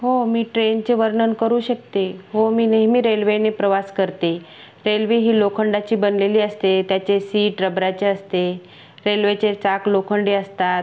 हो मी ट्रेनचे वर्णन करू शकते हो मी नेहमी रेल्वेने प्रवास करते रेल्वे ही लोखंडाची बनलेली असते त्याचे सीट रबराचे असते रेल्वेचे चाक लोखंडी असतात